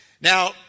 Now